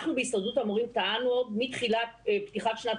אנחנו בהסתדרות המורים טענו מתחילה פתיחת שנת